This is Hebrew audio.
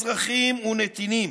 אזרחים ונתינים.